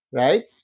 right